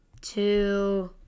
two